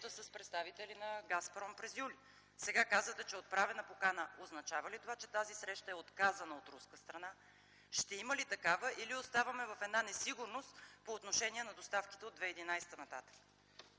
среща с представители на „Газпром” през месец юли. Сега казвате, че е отправена покана. Означава ли това, че тази среща е отказана от руска страна? Ще има ли такава или оставаме в една несигурност по отношение на доставките от 2011 г. нататък?